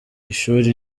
ishuri